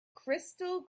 crystal